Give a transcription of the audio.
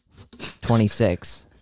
26